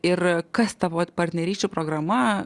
ir kas tavo vat partnerysčių programa